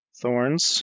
Thorns